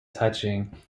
touching